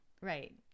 Right